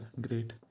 Great